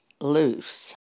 loose